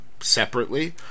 separately